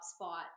spot